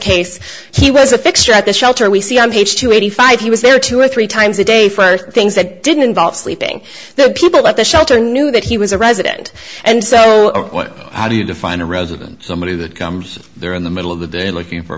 case he was a fixture at the shelter we see on page two eighty five he was there two or three times a day for things that didn't involve sleeping the people at the shelter knew that he was a resident and so how do you define a resident somebody that comes there in the middle of the day looking for